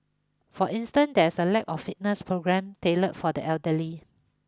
for instance there is a lack of fitness programmes tailored for the elderly